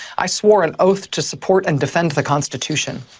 i swore an oath to support and defend the constitution.